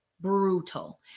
brutal